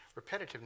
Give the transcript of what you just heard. repetitiveness